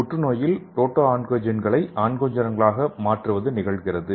புற்றுநோயில் proto ஆன்கோஜென்களை ஆன்கோஜென்களாக மாற்றுவது நிகழ்கிறது